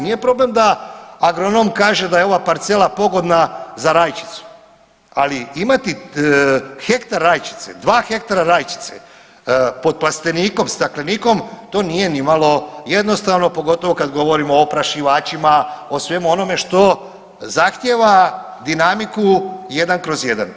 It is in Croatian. Nije problem da agronom kaže da je ova parcela pogodna za rajčicu, ali imati hektar rajčice, dva hektara rajčice pod plastenikom, staklenikom to nije nimalo jednostavno pogotovo kad govorimo o oprašivačima o svemu onome što zahtijeva dinamiku 1/1.